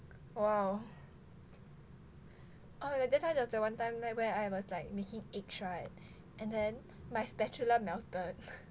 !wow! oh that's why there was the one time like where I was like making eggs [right] and then my spatula melted